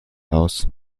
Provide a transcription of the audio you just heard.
aus